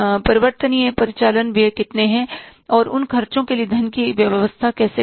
परिवर्तनीय परिचालन व्यय कितने हैं और उन खर्चों के लिए धन की व्यवस्था कैसे करें